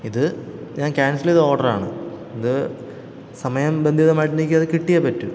ഇത് ഞാൻ ക്യാൻസൽ ചെയ്ത ഓഡറാണ് ഇത് സമയ ബന്ധിതമായിട്ടെനിക്കത് കിട്ടിയേ പറ്റു